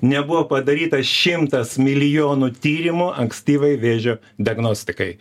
nebuvo padaryta šimtas milijonų tyrimų ankstyvai vėžio diagnostikai